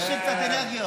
תשאיר קצת אנרגיות.